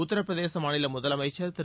உத்தரபிரதேச மாநில முதலமைச்சர் திரு